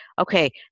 okay